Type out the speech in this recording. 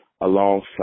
alongside